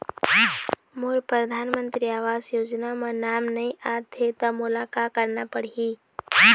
मोर परधानमंतरी आवास योजना म नाम नई आत हे त मोला का करना पड़ही?